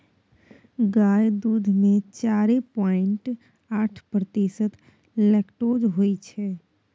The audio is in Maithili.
गाय दुध मे चारि पांइट आठ प्रतिशत लेक्टोज होइ छै